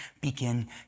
begin